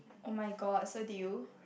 oh-my-god so did you